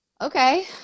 okay